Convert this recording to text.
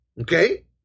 Okay